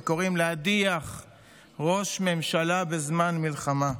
וקוראים להדיח ראש ממשלה בזמן מלחמה,